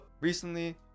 recently